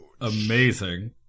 amazing